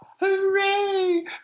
Hooray